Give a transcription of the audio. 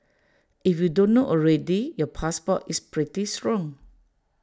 if you don't know already your passport is pretty strong